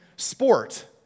Sport